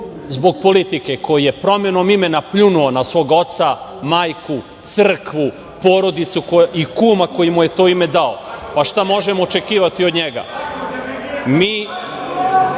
zbog politike, koji je promenom imena pljunuo na svog oca, majku, crkvu, porodicu i kuma koji mu je to ime dao. Šta možemo očekivati od njega? Mi